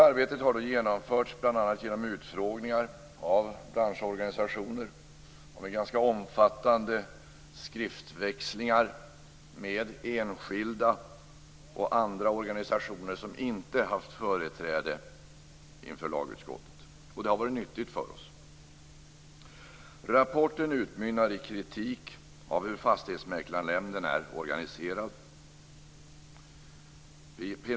Arbetet har genomförts bl.a. genom utfrågningar av branschorganisationer samt genom ganska omfattande skriftväxlingar med enskilda och organisationer som inte haft företräde inför lagutskottet, och detta har varit nyttigt för oss. Rapporten utmynnar i kritik över hur Fastighetsmäklarnämnden är organiserad.